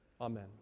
Amen